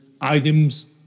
items